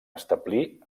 establí